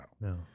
No